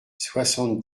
soixante